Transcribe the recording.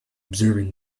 observing